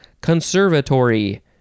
conservatory